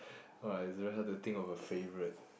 !wah! it's very hard to think of a favourite